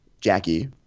Jackie